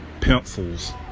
pencils